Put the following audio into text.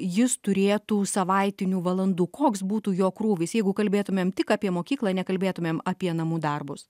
jis turėtų savaitinių valandų koks būtų jo krūvis jeigu kalbėtumėm tik apie mokyklą nekalbėtumėm apie namų darbus